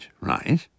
right